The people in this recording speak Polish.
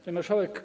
Pani Marszałek!